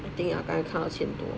I think ya 刚才看到千多